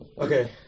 Okay